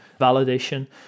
validation